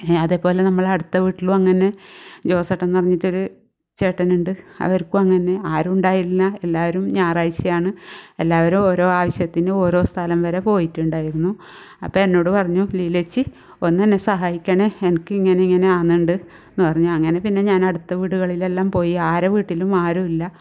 അതേപോലെ നമ്മളെ അടുത്ത വീട്ടിലും അങ്ങനെ ജോസേട്ടൻ എന്ന് പറഞ്ഞിട്ടൊരു ചേട്ടനുണ്ട് അവർക്കും അങ്ങനെ ആരുമുണ്ടായില്ല എല്ലാവരും ഞായറാഴ്ചയാണ് എല്ലാവരും ഓരോ ആവശ്യത്തിനും ഓരോ സ്ഥലം വരെ പോയിട്ടുണ്ടായിരുന്നു അപ്പം എന്നോട് പറഞ്ഞു ലീലേച്ചി ഒന്നെന്നെ സഹായിക്കണേ എനിക്ക് ഇങ്ങനെ ഇങ്ങനെ ആവുന്നുണ്ട് എന്ന് പറഞ്ഞു അങ്ങനെ അടുത്ത വീടുകളിൽ എല്ലാം പോയി ആര വീട്ടിലും ആരും ഇല്ല